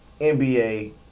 NBA